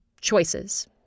choices